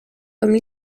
comme